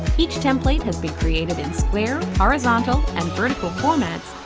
each template has been created in square, horizontal and vertical formats,